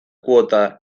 kuota